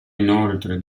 inoltre